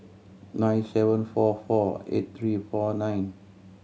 nine seven four four eight three four nine